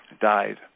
died